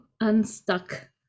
unstuck